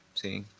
seeing?